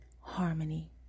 harmony